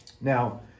Now